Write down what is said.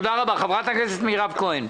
חברת הכנסת מירב כהן.